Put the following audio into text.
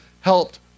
helped